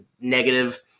negative –